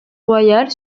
royale